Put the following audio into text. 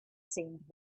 seemed